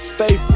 Stay